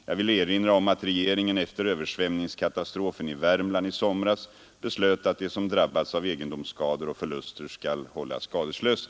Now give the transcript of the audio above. Jag vill erinra om att regeringen efter översvämningskatastrofen i Värmland i somras beslöt att de som drabbats av egendomsskador och förluster skall hållas skadeslösa.